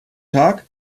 tag